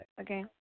Okay